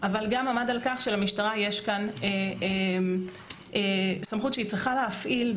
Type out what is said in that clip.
אבל גם עמד על כך שלמשטרה יש סמכות שהיא צריכה להפעיל.